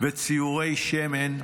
וציורי שמן.